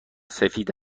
سفید